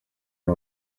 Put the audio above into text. uri